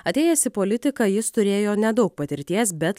atėjęs į politiką jis turėjo nedaug patirties bet